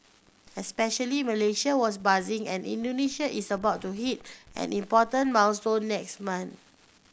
especially Malaysia was buzzing and Indonesia is about to hit an important milestone next month